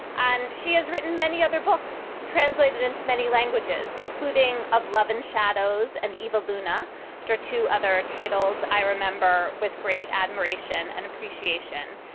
and she has written many other books, translated into many languages, including of love and shadows and evil, dona door to other titles. i remember with great admiration and appreciation,